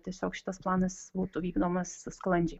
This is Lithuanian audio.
tiesiog šitas planas būtų vykdomas sklandžiai